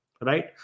Right